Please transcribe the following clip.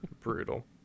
Brutal